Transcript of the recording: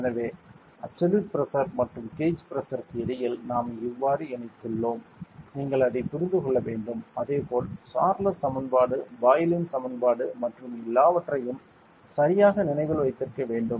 எனவே absolute pressure மற்றும் gauge பிரஷருக்கு இடையில் நாம் இவ்வாறு இணைத்தோம் நீங்கள் அதைப் புரிந்து கொள்ள வேண்டும் அதேபோல் சார்லஸ் சமன்பாடு பாயிலின் சமன்பாடு மற்றும் எல்லாவற்றையும் சரியாக நினைவில் வைத்திருக்க வேண்டும்